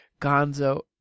Gonzo